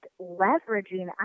leveraging